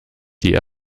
die